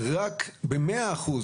רק בהסכמת 100 אחוזים.